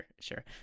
sure